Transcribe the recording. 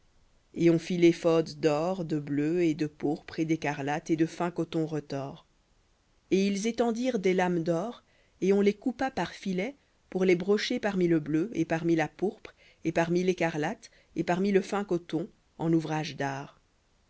et on fit l'éphod d'or de bleu et de pourpre et d'écarlate et de fin coton retors et ils étendirent des lames d'or et on les coupa par filets pour les brocher parmi le bleu et parmi la pourpre et parmi l'écarlate et parmi le fin coton en ouvrage d'art